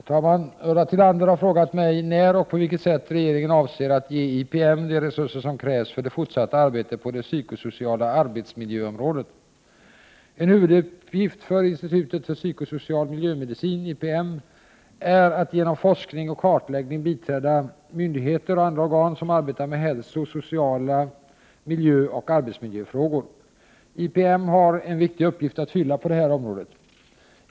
Herr talman! Ulla Tillander har frågat mig när och på vilket sätt regeringen avser ge IPM de resurser som krävs för det fortsatta arbetet på det psykosociala arbetsmiljöområdet. En huvuduppgift för institutet för psykosocial miljömedicin är att genom forskning och kartläggning biträda myndigheter och andra organ, som arbetar med hälso-, sociala miljöoch arbetsmiljöfrågor. IPM har en viktig uppgift att fylla på det här området.